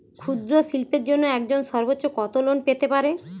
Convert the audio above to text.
ক্ষুদ্রশিল্পের জন্য একজন সর্বোচ্চ কত লোন পেতে পারে?